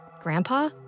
Grandpa